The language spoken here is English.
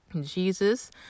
Jesus